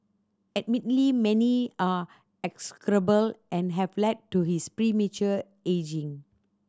admittedly many are execrable and have led to his premature ageing